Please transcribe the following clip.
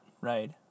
Right